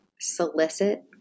solicit